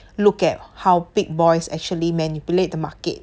look at how big boys actually manipulate the market